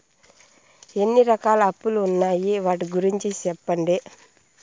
ఎన్ని రకాల అప్పులు ఉన్నాయి? వాటి గురించి సెప్పండి?